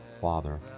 Father